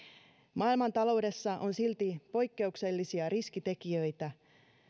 maailmantaloudessa on silti poikkeuksellisia riskitekijöitä